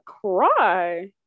cry